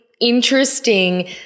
interesting